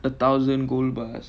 a thousand gold bars